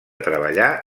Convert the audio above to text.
treballar